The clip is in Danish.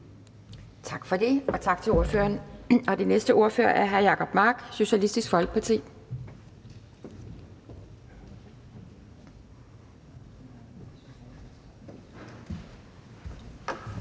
Tak for det, og tak til ordføreren. Den næste ordfører er hr. Jacob Mark, Socialistisk Folkeparti.